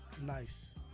Nice